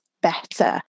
better